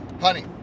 Honey